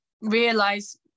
realize